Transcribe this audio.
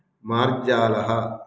मार्जालः